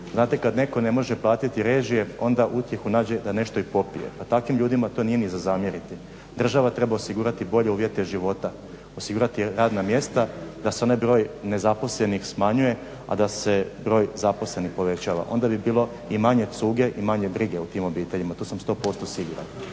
znate kad netko ne može platiti režije, onda utjehu nađe da nešto i popije pa takvim ljudima to nije ni za zamjeriti. Država treba osigurati bolje uvjete života, osigurati radna mjesta da se onaj broj nezaposlenih smanjuje, a da se broj zaposlenih povećava, onda bi bilo i manje cuge i manje brige u tim obiteljima, u to sam 100% siguran.